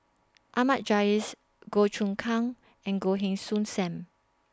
Ahmad Jais Goh Choon Kang and Goh Heng Soon SAM